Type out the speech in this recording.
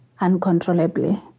uncontrollably